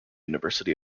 university